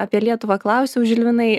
apie lietuvą klausiau žilvinai